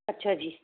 ਅੱਛਾ ਜੀ